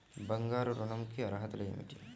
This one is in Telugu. బంగారు ఋణం కి అర్హతలు ఏమిటీ?